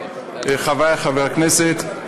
חברי חברי הכנסת,